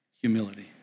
Humility